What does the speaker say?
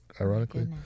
ironically